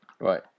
Right